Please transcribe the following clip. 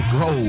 go